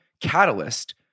catalyst